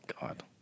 God